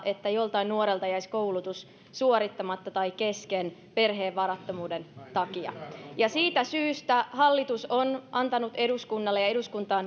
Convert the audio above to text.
että joltain nuorelta jäisi koulutus suorittamatta tai kesken perheen varattomuuden takia siitä syystä hallitus on antanut eduskunnalle ja eduskunta on